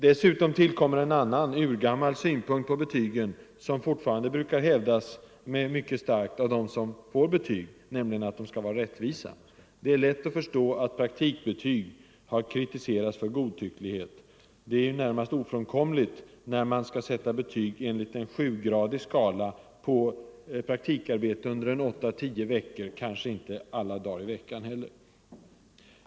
Dessutom tillkommer en annan — urgammal — synpunkt på betygen som mycket starkt brukar hävdas av den som får betyg, nämligen att de skall vara rättvisa. Det är lätt att förstå att praktikbetygen har kritiserats för godtycklighet. Det är ju närmast ofrånkomligt när man skall sätta betyg enligt en sjugradig skala på praktikarbete under åtta till tio veckor —- ett arbete som kanske inte heller omfattar alla dagar i veckan.